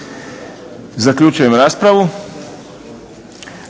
Zaključujem raspravu.